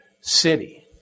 city